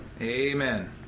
Amen